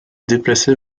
déplacé